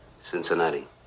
Cincinnati